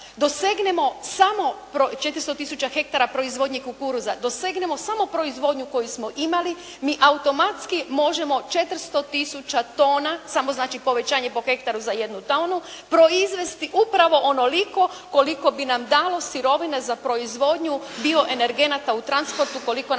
dosegnemo samo proizvodnju koju smo imali, mi automatski možemo 400 tisuća toma, samo znači povećanje po hektaru za jednu tonu, proizvesti upravo onoliko koliko bi nam dalo sirovine za proizvodnju bioenergenata u transportu koliko nam